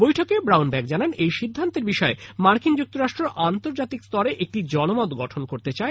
বৈঠকে ব্রাউনব্যাক জানান এই সিদ্ধান্তের বিষয়ে মার্কিন যুক্তরাষ্ট্র আন্তর্জাতিক স্তরে একটি জনমত গঠন করতে চার